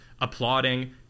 applauding